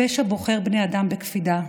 הפשע בוחר בני אדם בקפידה,